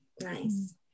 Nice